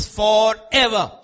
forever